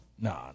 nah